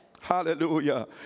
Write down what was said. Hallelujah